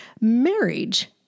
Marriage